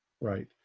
Right